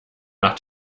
nach